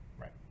Right